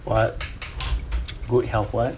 what good health what